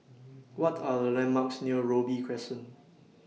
What Are The landmarks near Robey Crescent